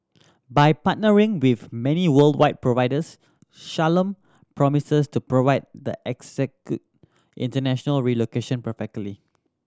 by partnering with many worldwide providers Shalom promises to provide the international relocation perfectly